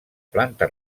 planta